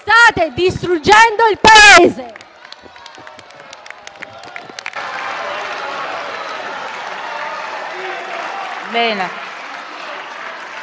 State distruggendo il Paese.